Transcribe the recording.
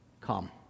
come